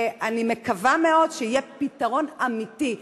אני מקווה מאוד שיהיה פתרון אמיתי.